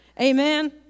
Amen